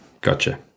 Gotcha